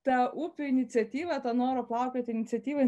ta upių iniciatyva ta noro plaukioti iniciatyva